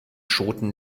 schote